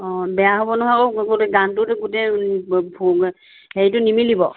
অ বেয়া হ'ব নহয় গানটোত গোটেই হেৰিটো নিমিলিব